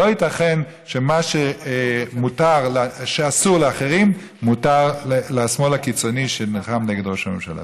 לא ייתכן שמה שאסור לאחרים מותר לשמאל הקיצוני שנלחם נגד ראש הממשלה.